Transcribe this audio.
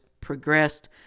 progressed